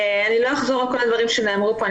אני לא אחזור על הדברים שנאמרו פה,